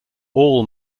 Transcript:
all